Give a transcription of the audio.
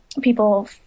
people